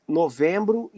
novembro